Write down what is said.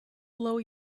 blow